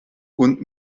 und